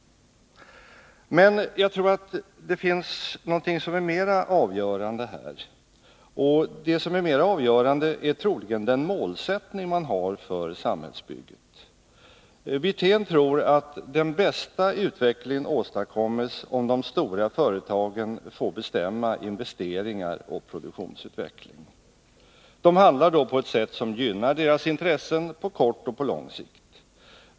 Men mera avgörande är troligen den målsättning man har för samhällsbygget. Rolf Wirtén tror att den bästa utvecklingen åstadkommes om de stora företagen får bestämma investeringar och produktionsutveckling. De handlar då på ett sätt som gynnar deras intressen på kort och på lång sikt.